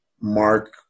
Mark